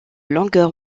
longueur